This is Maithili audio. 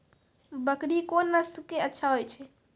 बकरी कोन नस्ल के अच्छा होय छै?